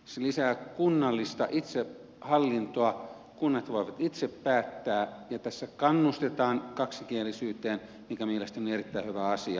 se lisää kunnallista itsehallintoa kunnat voivat itse päättää ja tässä kannustetaan kaksikielisyyteen mikä mielestäni on erittäin hyvä asia